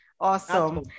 Awesome